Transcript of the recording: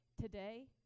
today